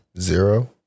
Zero